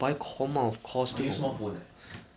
!wah! one four four just now feels damn different